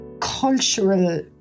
cultural